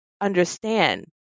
understand